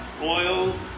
oil